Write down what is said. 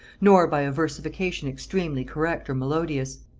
nor by a versification extremely correct or melodious.